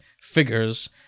figures